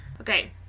okay